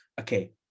okay